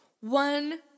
one